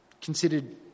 considered